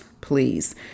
please